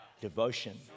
devotion